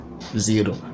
zero